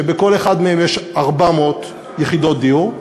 שבכל אחד מהם יש 400 יחידות דיור,